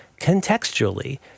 contextually